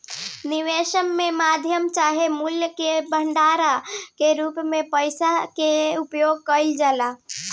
विनिमय के माध्यम चाहे मूल्य के भंडारण के रूप में पइसा के उपयोग कईल जाला